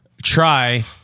try